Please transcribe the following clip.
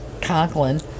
Conklin